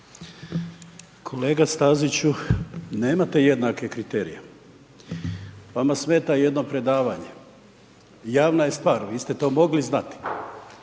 Kolega Staziću, nemate jednake kriterije. Vama smeta jedno predavanje. Javna je stvar, vi ste to mogli znati